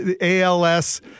ALS